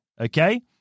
okay